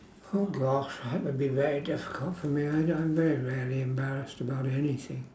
oh gosh it would be very difficult for me I do~ I'm very rarely embarrassed about anything